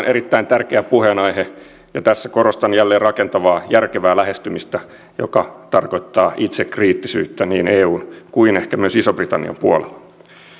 erittäin tärkeä puheenaihe ja tässä korostan jälleen rakentavaa järkevää lähestymistä mikä tarkoittaa itsekriittisyyttä niin eun kuin ehkä myös ison britannian puolella